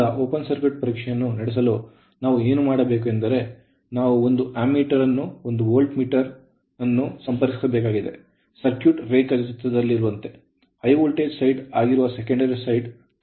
ಈಗ open circuit ಪರೀಕ್ಷೆಯನ್ನು ನಡೆಸಲು ನಾವು ಏನು ಮಾಡಬೇಕು ಎಂದರೆ ನಾವು ಒಂದು ಆಮ್ಮೀಟರ್ ಅನ್ನು ಒಂದು ವೋಲ್ಟ್ ಮೀಟರ್ ಸಂಪರ್ಕಿಸಬೇಕಾಗಿದೆ ಸರ್ಕ್ಯೂಟ್ ರೇಖಾ ಚಿತ್ರದಲ್ಲಿರುವಂತೆHigh ವೋಲ್ಟೇಜ್ ಸೈಡ್ ಆಗಿರುವ secondaryಸೆಕೆಂಡರಿ ಸೈಡ್ ತೆರೆದಿರುತ್ತದೆ